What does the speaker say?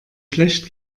schlecht